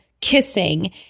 kissing